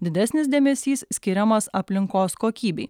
didesnis dėmesys skiriamas aplinkos kokybei